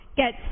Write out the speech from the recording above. get